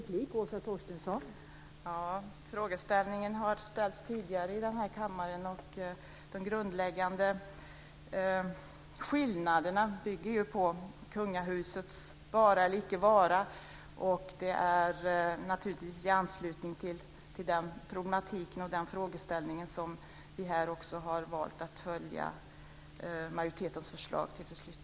Fru talman! Frågeställningen har kommit upp tidigare här i kammaren. De grundläggande skillnaderna rör kungahusets vara eller icke vara. Det är i anslutning till den frågeställningen som vi här har valt att följa majoritetens förslag till beslut.